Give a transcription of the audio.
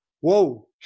whoa